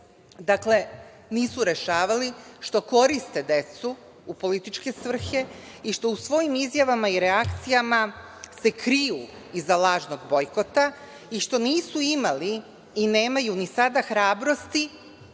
problem nisu rešavali, što korist decu u političke svrhe i u što u svojim izjavama i reakcijama se kriju iza lažnog bojkota i što nisu imali i nemaju ni sada hrabrosti,